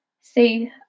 See